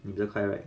你这个快 right